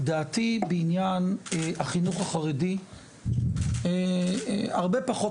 דעתי בעניין החינוך החרדי הרבה פחות